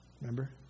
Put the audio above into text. Remember